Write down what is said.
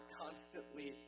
constantly